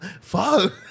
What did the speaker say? fuck